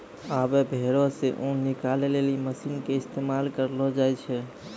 आबै भेड़ो से ऊन निकालै लेली मशीन के इस्तेमाल करलो जाय छै